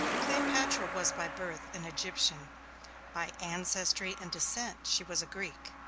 cleopatra was by birth an egyptian by ancestry and descent she was a greek.